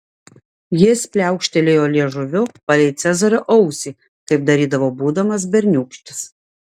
jis pliaukštelėjo liežuviu palei cezario ausį kaip darydavo būdamas berniūkštis